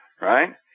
right